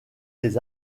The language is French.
des